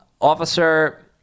officer